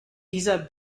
dieser